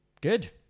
Good